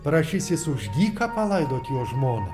prašysis už dyką palaidot jo žmoną